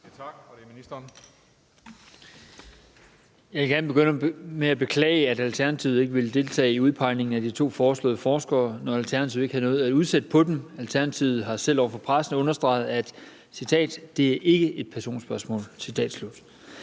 vil gerne begynde med at beklage, at Alternativet ikke ville deltage i udpegningen af de to foreslåede forskere, når Alternativet ikke havde noget at udsætte på dem. Alternativet har selv over for pressen understreget, at »det ikke er et personspørgsmål«.